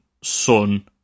son